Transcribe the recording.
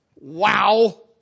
wow